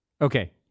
Okay